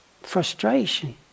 frustration